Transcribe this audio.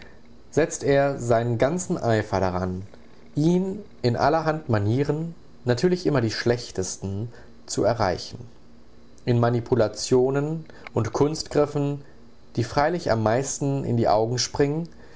setzt er seinen ganzen eifer daran ihn in allerhand manieren natürlich immer die schlechtesten zu erreichen in manipulationen und kunstgriffen die freilich am meisten in die augen springen